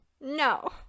No